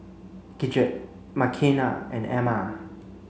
Gidget Makena and Emma